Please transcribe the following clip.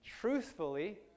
truthfully